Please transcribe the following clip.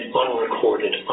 unrecorded